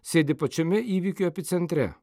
sėdi pačiame įvykių epicentre